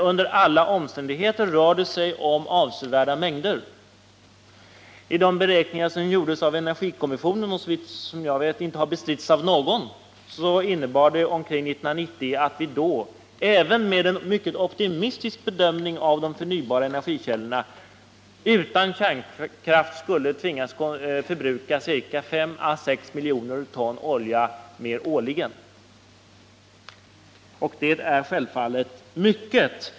Under alla omständigheter rör det sig om avsevärda mängder. De beräkningar som gjorts av energikommissionen, och som såvitt jag vet inte har bestritts av någon, innebär att vi omkring år 1990, även med en mycket optimistisk bedömning av de förnyelsebara energikällorna, utan kärnkraft skulle tvingas förbruka 5 å 6 miljoner ton olja mer årligen, och det är självfallet mycket.